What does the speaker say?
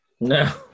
No